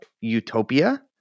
utopia